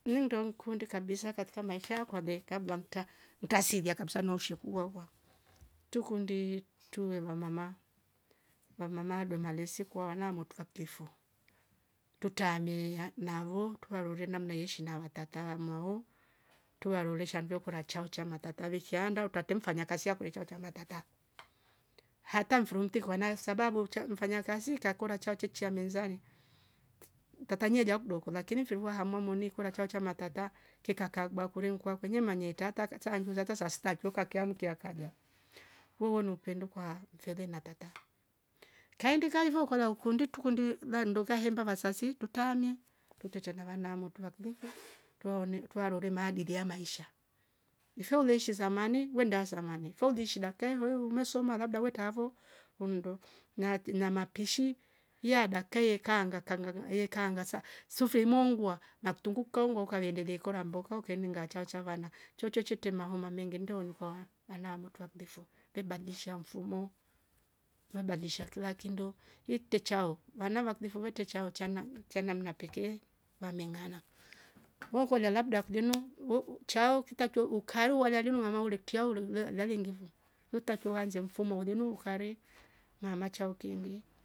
Niu ndo nkunde kabisa katika maisha kwabe kabwa mta mtasija kabisa nousho uwohuwa tchukundi tchue vamama vamama dwemale sikwana motu tukaklifo tutame ha na ho touroro namna yeishi na watat maho tuwalo shambioko na tchaucha matata vekianda utate mfanyakazi akure tchaocha matata. hata mfuru mte kuwa nayo sababu cha mfanyakazi kakora chaote cha mezani mtata nyelia ukdoko lakini mfemvua haa hamomoni kora chaucha matata keka bakure ukwa kwenye manye tata kashaunjunza ata sita kriokaa kia nkiakalia huo ni upendo kwa mfere na tata kaindi kaivo kola ukundi tukundi vandoka hemba vasasi tutaamia tuter na vannamo tuvakliukliu tuone tuarore madigia maisha ifyole shi zamane wenda zamane folishida kemvyuu umesoma labda wetavo umndo nati na mapishi ya dake kaanga kaanga ye kaanga sa sufei moongwa na ktungu kikaungwa ukavyendele kora mboko kaini ngachao chavana tchoutcchou chitima mahoma menge ndo ivo alama twakdefo yeng bagndisha mfumo labda visha kila kindo werte chao vana vaklifu werte chao chana chana amna peke wamengana ukolia labda kuvevno uuh chao kitatue ukari walialimu wamaure liktate lou loo le lale ngifo utapewa anze mfumo wa linu ukari na machaukindi